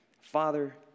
Father